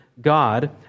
God